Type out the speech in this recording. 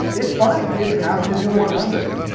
it's fine. it's happy to do one hundred.